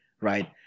right